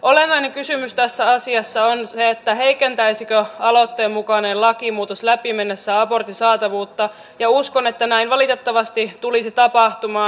olennainen kysymys tässä asiassa on se että heikentäisikö aloitteen mukainen lakimuutos läpi mennessään abortin saatavuutta ja uskon että näin valitettavasti tulisi tapahtumaan